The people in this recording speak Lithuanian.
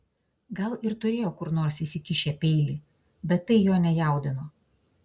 gal ir turėjo kur nors užsikišę peilį bet tai jo nejaudino